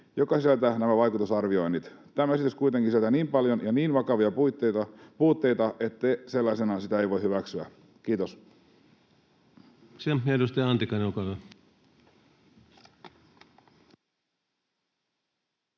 joka sisältää vaikutusarvioinnit. Tämä esitys kuitenkin sisältää niin paljon ja niin vakavia puutteita, että sellaisenaan sitä ei voi hyväksyä. — Kiitos.